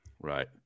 Right